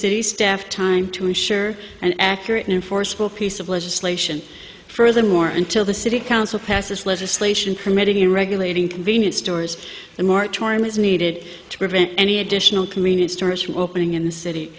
city staff time to ensure an accurate and forceful piece of legislation furthermore until the city council passes legislation permitting in regulating convenience stores a moratorium is needed to prevent any additional convenience stores from opening in the city